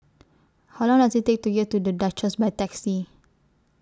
How Long Does IT Take to get to The Duchess By Taxi